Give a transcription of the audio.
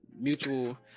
mutual